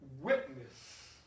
witness